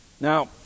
Now